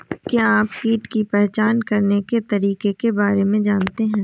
क्या आप कीट की पहचान करने के तरीकों के बारे में जानते हैं?